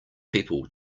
people